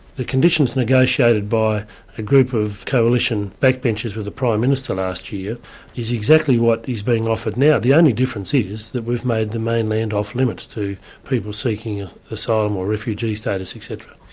the conditions negotiated by a group of coalition backbenchers with the prime minister last year is exactly what is being offered now. the only difference is that we've made the mainland off-limits to people seeking ah asylum or refugee status etc.